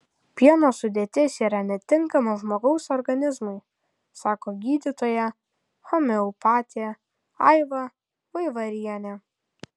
pieno sudėtis yra netinkama žmogaus organizmui sako gydytoja homeopatė aiva vaivarienė